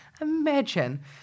imagine